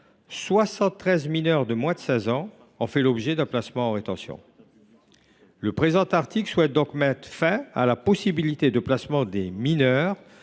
mineurs de moins de 16 ans ont fait l’objet d’un placement en rétention. Le présent article vise donc à mettre fin à la possibilité de placement des mineurs